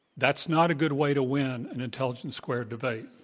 that's not a good way to win an intelligence squared debate.